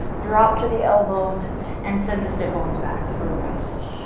drop to the elbows and send the sit bones back for a rest.